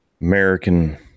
American